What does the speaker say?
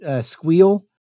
squeal